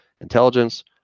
intelligence